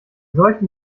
solchen